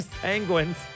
Penguins